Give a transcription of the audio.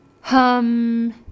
Hum